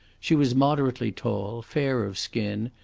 she was moderately tall, fair of skin,